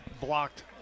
blocked